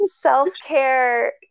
self-care